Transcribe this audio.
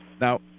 Now